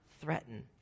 threaten